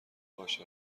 باشه